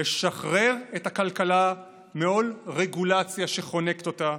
לשחרר את הכלכלה מעול רגולציה שחונקת אותה,